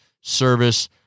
service